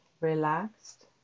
relaxed